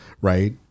Right